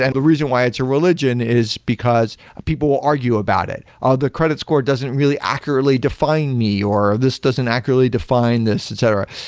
and the reason why it's a religion is because people argue about it. ah the credit score doesn't really accurately define me, or or this doesn't accurately define this, etc.